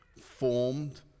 formed